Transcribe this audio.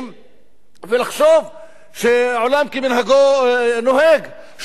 ולחשוב שעולם כמנהגו נוהג, שום דבר לא קורה.